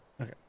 Okay